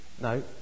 No